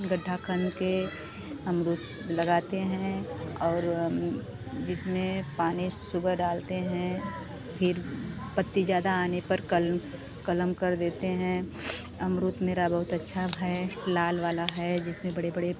गड्ढा खोन के अमरूद लगाते हैं और जिसमें पानी सुबह डालते हैं फिर पत्ती ज़्यादा आने पर कल कलम कर देते हैं अमरूद मेरा बहुत अच्छा है लाल वाला है जिसमें बड़े बड़े